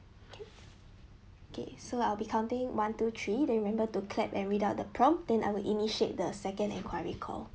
okay so I'll be counting one two three then remember to clap and read out the prompt then I will initiate the second enquiry call